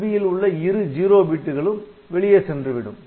LSB இல் உள்ள இரு "0" பிட்டுகளும் வெளியே சென்று விடும்